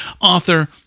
author